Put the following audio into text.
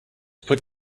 put